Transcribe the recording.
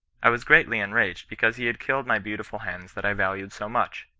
i was greatly en raged because he had killed my beautiful hens that i valued so much.